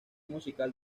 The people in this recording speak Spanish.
musical